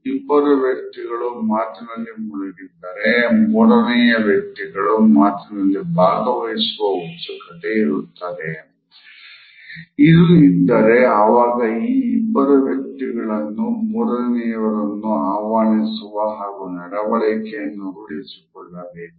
ಇಬ್ಬರು ವ್ಯಕ್ತಿಗಳು ಮಾತಿನಲ್ಲಿ ಮುಳುಗಿದ್ದರೆ ಮೂರನೆಯ ವ್ಯಕ್ತಿಗಳು ಮಾತಿನಲ್ಲಿ ಭಾಗವಹಿಸುವ ಉತ್ಸುಕತೆ ಇದ್ದರೆ ಆವಾಗ ಈ ಇಬ್ಬರು ವ್ಯಕ್ತಿಗಳು ಮೂರನೆಯವರನ್ನು ಆಹ್ವಾನಿಸುವಾ ಹಾಗೆ ನಡವಳಿಕೆಯನ್ನು ರೂಡಿಸಿಕೊಳ್ಳಬೇಕು